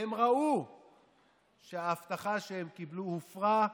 והם ראו שההבטחה שהם קיבלו הופרה,